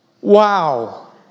Wow